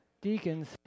Deacons